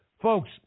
Folks